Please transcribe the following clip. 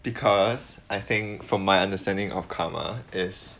because I think from my understanding of karma is